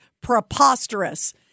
preposterous